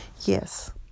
Yes